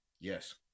Yes